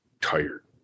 tired